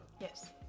Yes